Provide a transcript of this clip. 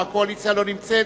או הקואליציה לא נמצאת,